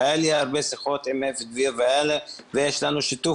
היו לי הרבה שיחות עם אפי דביר ויש לנו שיתוף